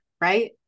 right